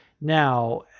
Now